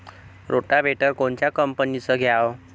Rotavator कोनच्या कंपनीचं घ्यावं?